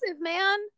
man